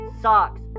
socks